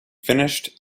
finished